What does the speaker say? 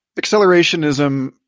accelerationism